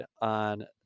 on